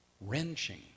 wrenching